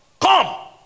come